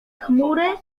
chmury